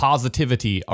Positivity